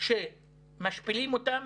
שמשפילים אותם,